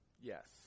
Yes